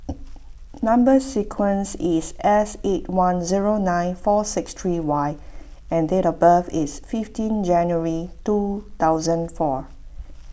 Number Sequence is S eight one zero nine four six three Y and date of birth is fifteen January two thousand four